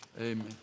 amen